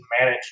manage